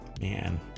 Man